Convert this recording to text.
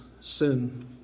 sin